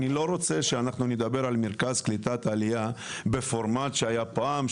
אני לא רוצה שנדבר על מרכז לקליטה עלייה בפורמט שהיה פעם,